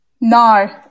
No